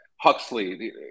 Huxley